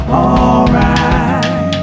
alright